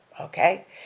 okay